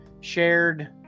shared